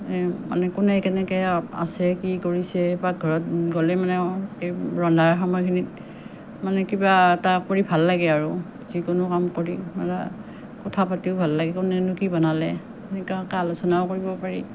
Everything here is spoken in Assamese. এই মানে কোনে কেনেকৈ আছে কি কৰিছে পাকঘৰত গ'লে মানে এই ৰন্ধাৰ সময়খিনিত মানে কিবা এটা কৰি ভাল লাগে আৰু যিকোনো কাম কৰি কথা পাতিও ভাল লাগে কোনে কি বনালে সেই আলোচনাও কৰিব পাৰি